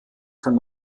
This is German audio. kann